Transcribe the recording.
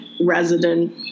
resident